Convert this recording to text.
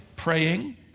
Praying